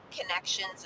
connections